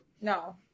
No